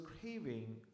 craving